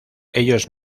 ellos